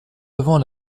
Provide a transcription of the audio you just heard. avant